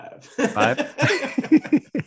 Five